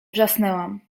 wrzasnęłam